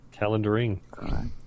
Calendaring